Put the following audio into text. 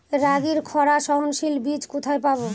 রাগির খরা সহনশীল বীজ কোথায় পাবো?